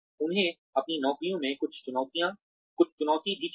उन्हें अपनी नौकरियों में कुछ चुनौती भी चाहिए